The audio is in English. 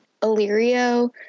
Illyrio